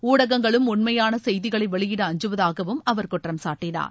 ஊடகங்களும் உண்மையான செய்திகளை வெளியிட அஞ்சுவதாகவும் அவர் குற்றம் சாட்டினார்